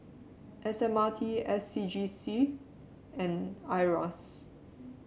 S M R T S C G C and Iras